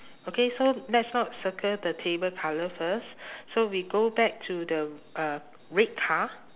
okay so let's not circle the table colour first so we go back to the uh red car